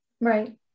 Right